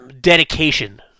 dedication